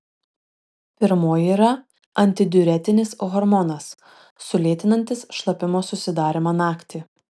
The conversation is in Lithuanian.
pirmoji yra antidiuretinis hormonas sulėtinantis šlapimo susidarymą naktį